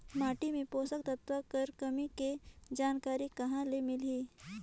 माटी मे पोषक तत्व कर कमी के जानकारी कहां ले मिलही?